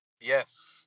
Yes